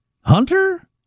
Hunter